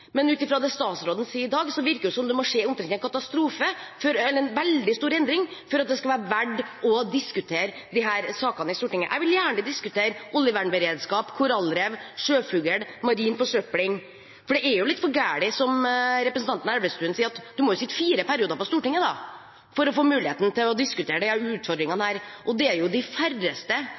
men ut fra det statsråden sier i dag, virker det som om det må skje en katastrofe omtrent – eller en veldig stor endring – for at det skal være verdt å diskutere disse sakene i Stortinget. Jeg vil gjerne diskutere oljevernberedskap, korallrev, sjøfugl og marin forsøpling, for det er jo litt for galt, som representanten Elvestuen sier, at du må sitte fire perioder på Stortinget for å få muligheten til å diskutere disse utfordringene. Det er de færreste forunt å få lov til å sitte fire perioder. Det er